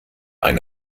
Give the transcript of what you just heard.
ein